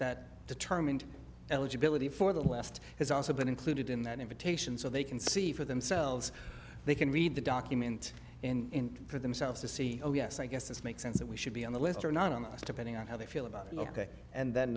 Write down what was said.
that determined eligibility for the west has also been included in that invitation so they can see for themselves they can read the document in for themselves to see oh yes i guess this makes sense that we should be on the list or not on us depending on how they feel about ok and then